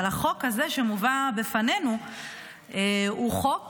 אבל החוק הזה שמובא בפנינו הוא חוק